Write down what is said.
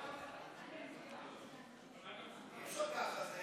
אי-אפשר ככה.